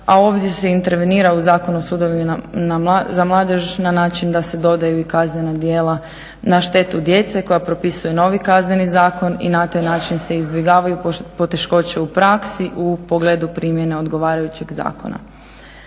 a ovdje se intervenira u Zakon o sudovima za mladež na način da se dodaju i kaznena djela na štetu djece koja propisuje novi Kazneni zakon i na taj način se izbjegavaju poteškoće u praksi u pogledu primjene odgovarajućeg zakona.